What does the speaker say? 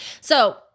So-